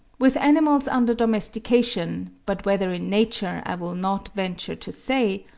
with animals under domestication, but whether in nature i will not venture to say,